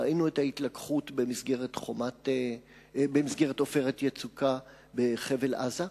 ראינו את ההתלקחות במסגרת "עופרת יצוקה" בחבל-עזה.